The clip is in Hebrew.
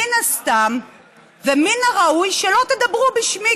מן הסתם ומן הראוי שלא תדברו בשמי,